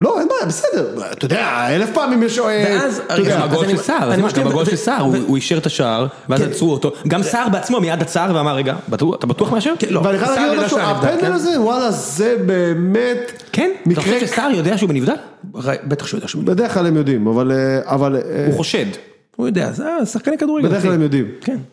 לא, אין בעיה, בסדר, אתה יודע, אלף פעמים יש... ואז, אתה יודע, זה מסער, זה בגול של סער, הוא אישר את השער, ואז עצרו אותו, גם סער בעצמו מיד עצר, ואמר, רגע, אתה בטוח מה ש... ואני חייב להגיד לך משהו, האבן מלוזר, וואלה, זה באמת... כן, אתה חושב שסער יודע שהוא בנבדל? בטח שהוא יודע שהוא בנבדל. בדרך כלל הם יודעים, אבל... הוא חושד. הוא יודע, זה שחקני כדורים. בדרך כלל הם יודעים. כן.